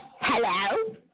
Hello